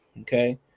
Okay